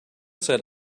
said